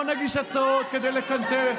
אז בואו ביחד נטפל בזה,